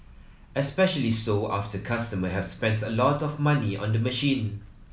especially so after customer have spent a lot of money on the machine